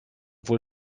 wohl